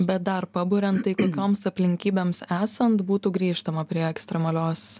bet dar paburiant tai kokioms aplinkybėms esant būtų grįžtama prie ekstremalios